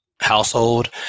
household